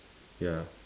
ya